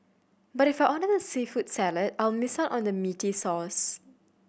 but if I order the seafood salad I'll miss out on the meaty sauce